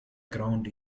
ground